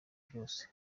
byose